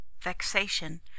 vexation